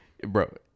Bro